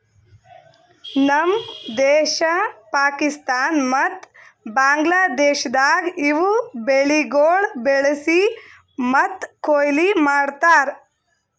ನಮ್ ದೇಶ, ಪಾಕಿಸ್ತಾನ ಮತ್ತ ಬಾಂಗ್ಲಾದೇಶದಾಗ್ ಇವು ಬೆಳಿಗೊಳ್ ಬೆಳಿಸಿ ಮತ್ತ ಕೊಯ್ಲಿ ಮಾಡ್ತಾರ್